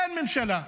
אין ממשלה.